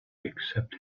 except